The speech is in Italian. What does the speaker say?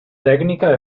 tecnica